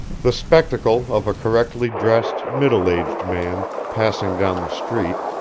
the spectacle of a correctly dressed, middle-aged man passing down the street,